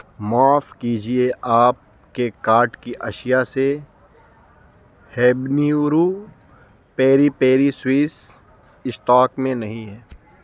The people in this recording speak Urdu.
معاف کیجیے آپ کے کارٹ کی اشیا سے habanero peri peri sauce stock میں نہیں ہے